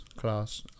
Class